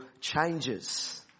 changes